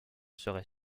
serait